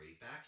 Back